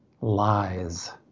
Lies